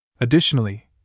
Additionally